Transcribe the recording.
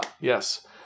Yes